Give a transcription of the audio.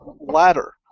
ladder